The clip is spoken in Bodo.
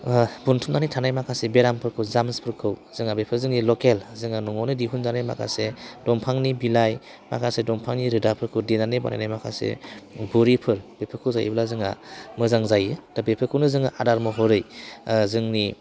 बुथुमनानै थानाय माखासे बेरामफोरखौ जार्म्सफोरखौ जोंहा बेफोर जोंनि लकेल जोंहा न'आवनो दिहुनजानाय माखासे दंफांनि बिलाइ माखासे दंफांनि रोदाफोरखौ देनानै बानायनाय माखासे बरिफोर बेफोरखौ जायोब्ला जोंहा मोजां जायो दा बेफोरखौनो जों आदार महरै जोंनि